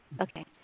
Okay